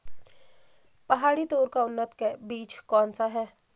पहाड़ी तोर का उन्नत बीज कौन सा है?